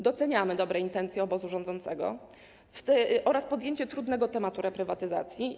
Doceniamy dobre intencje obozu rządzącego oraz podjęcie trudnego tematu reprywatyzacji.